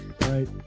Right